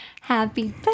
Happy